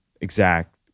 exact